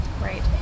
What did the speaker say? Right